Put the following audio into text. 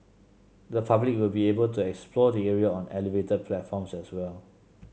the public will be able to explore the area on elevated platforms as well